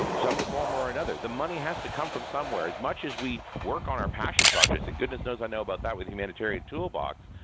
ah some form or another. the money has to come from somewhere. as much as we work on our passion projects, and goodness knows i know about that with the humanitarian toolbox,